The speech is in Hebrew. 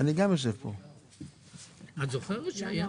את זוכרת שהיה?